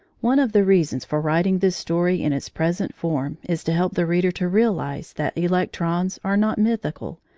one of the reasons for writing this story in its present form is to help the reader to realise that electrons are not mythical,